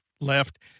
left